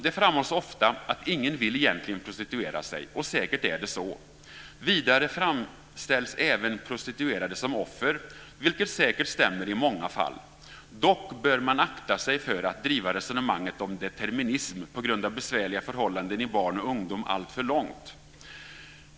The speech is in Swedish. Det framhålls ofta att ingen egentligen vill prostituera sig, och säkert är det så. Vidare framställs även prostituerade som offer, vilket säkert stämmer i många fall. Dock bör man akta sig för att driva resonemanget om determinism på grund av besvärliga förhållanden i barndom och ungdom alltför långt.